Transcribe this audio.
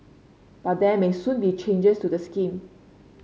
but there may soon be changes to the scheme